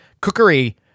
cookery